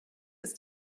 ist